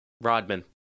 Rodman